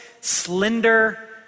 slender